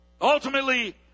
Ultimately